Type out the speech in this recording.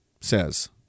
says